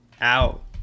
out